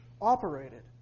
operated